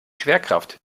schwerkraft